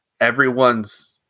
Everyone's